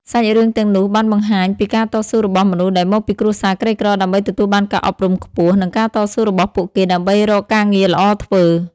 សាច់រឿងទាំងនោះបានបង្ហាញពីការតស៊ូរបស់មនុស្សដែលមកពីគ្រួសារក្រីក្រដើម្បីទទួលបានការអប់រំខ្ពស់ និងការតស៊ូរបស់ពួកគេដើម្បីរកការងារល្អធ្វើ។